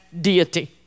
Deity